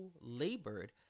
labored